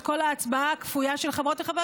את כל ההצבעה הכפויה של חברות וחברי